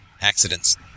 accidents